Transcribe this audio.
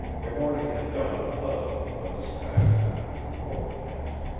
the morning had dawned pleasant, but the sky was now becoming overcast.